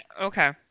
Okay